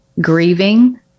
grieving